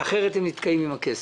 אחרת הם נתקעים עם הכסף.